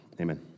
Amen